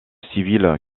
civile